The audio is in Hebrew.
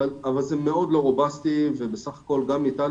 אבל זה מאוד לא רובסטי ובסך הכול גם איטליה